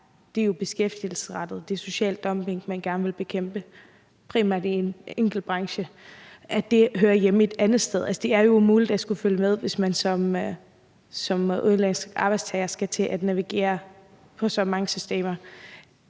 det her, jo er beskæftigelsesrettet – det er social dumping, som man gerne vil bekæmpe, og primært i en enkelt branche – og det hører hjemme et andet sted. Altså, det er jo umuligt at følge med, hvis man som udenlandsk arbejdstager skal til at navigere i så mange systemer.